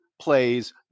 plays